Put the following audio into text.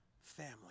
family